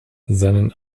seinen